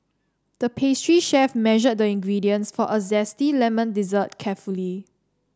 the pastry chef measured the ingredients for a zesty lemon dessert carefully